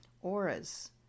auras